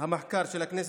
המחקר של הכנסת,